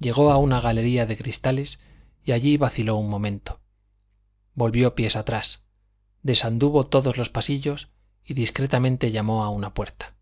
llegó a una galería de cristales y allí vaciló un momento volvió pies atrás desanduvo todos los pasillos y discretamente llamó a una puerta